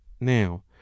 now